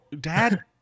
dad